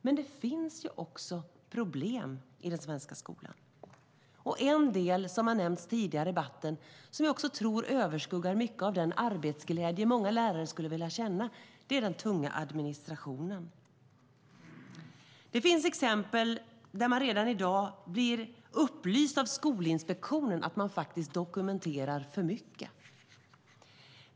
Men det finns också problem i den svenska skolan. En del, som har nämnts tidigare i debatten, som jag tror överskuggar mycket av den arbetsglädje som många lärare skulle vilja känna är den tunga administrationen. Det finns exempel på att man redan i dag blir upplyst av Skolinspektionen om att man faktiskt dokumenterar för mycket.